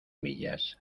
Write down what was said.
millas